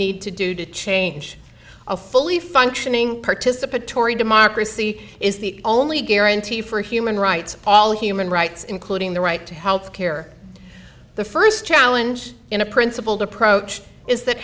need to do to change a fully functioning participatory democracy is the only guarantee for human rights all human rights including the right to health care the first challenge in a principled approach is that